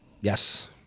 Yes